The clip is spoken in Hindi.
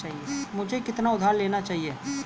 मुझे कितना उधार लेना चाहिए?